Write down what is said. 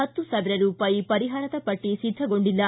ಪತ್ತು ಸಾವಿರ ರೂಪಾಯಿ ಪರಿಹಾರದ ಪಟ್ಟಿ ಸಿದ್ಧಗೊಂಡಿಲ್ಲ